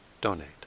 donate